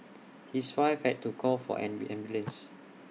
his wife had to call for an ambulance